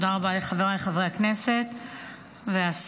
תודה רבה לחבריי חברי הכנסת ולשרה.